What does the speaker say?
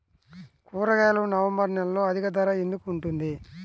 కూరగాయలు నవంబర్ నెలలో అధిక ధర ఎందుకు ఉంటుంది?